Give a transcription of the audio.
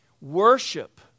Worship